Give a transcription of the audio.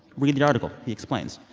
read the article he explains.